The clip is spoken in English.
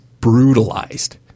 brutalized